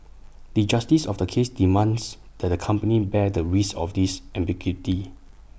the justice of the case demands that the company bear the risk of this ambiguity